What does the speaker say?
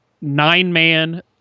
nine-man